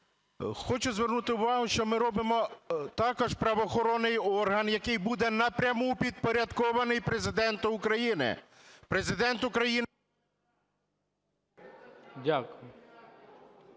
Хочу звернути увагу, що ми робимо також правоохоронний орган, який буде напряму підпорядкований Президенту України.